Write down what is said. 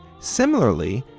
similarly,